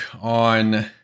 on